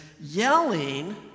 yelling